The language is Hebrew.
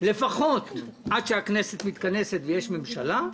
לפחות עד שהכנסת מתכנסת ויש ממשלה.